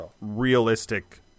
realistic